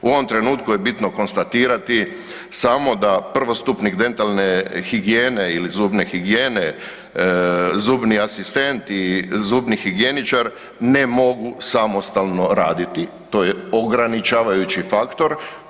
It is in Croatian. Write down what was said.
U ovom trenutku je bitno konstatirati samo da prvostupnik dentalne higijene ili zubne higijene, zubni asistent i zubni higijeničar ne mogu samostalno raditi, to je ograničavajući faktor.